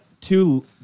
two